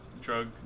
drug